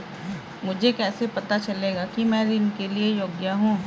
मुझे कैसे पता चलेगा कि मैं ऋण के लिए योग्य हूँ?